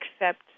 accept